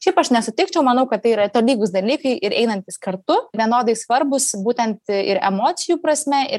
šiaip aš nesutikčiau manau kad tai yra tolygūs dalykai ir einantys kartu vienodai svarbūs būtent ir emocijų prasme ir